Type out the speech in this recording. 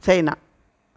China